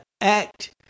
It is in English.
Act